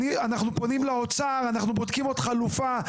אנחנו פונים לאוצר, אנחנו בודקים עוד חלופה.